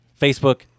Facebook